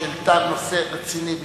חברת הכנסת תירוש העלתה נושא רציני ביותר,